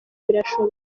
birashoboka